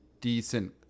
decent